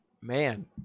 man